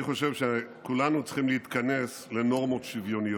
אני חושב שכולנו צריכים להתכנס לנורמות שוויוניות.